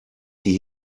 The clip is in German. sie